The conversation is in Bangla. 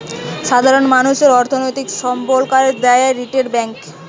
সাধারণ মানুষদের অর্থনৈতিক সাবলম্বী দ্যায় রিটেল ব্যাংক